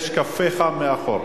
יש קפה חם מאחור.